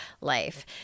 life